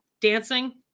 dancing